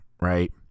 Right